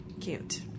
Cute